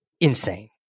insane